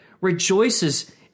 rejoices